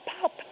pop